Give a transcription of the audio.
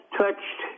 touched